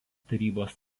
tarybos